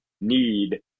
need